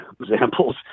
examples